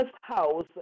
house